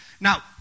Now